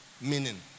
meaning